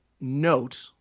note